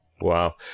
Wow